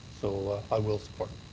so i will support